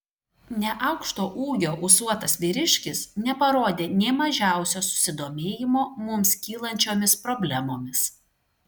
neaukšto ūgio ūsuotas vyriškis neparodė nė mažiausio susidomėjimo mums kylančiomis problemomis